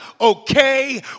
okay